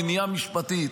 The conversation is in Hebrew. מניעה משפטית